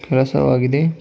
ಕೆಲಸವಾಗಿದೆ